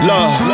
Love